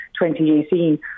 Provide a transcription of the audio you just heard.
2018